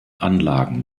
anlagen